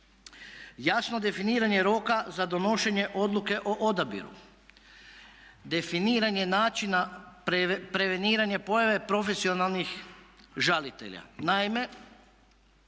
Jasno definiranje roka za donošenje odluke o odabiru, definiranje načina preveniranja pojave profesionalnih žalitelja. Naime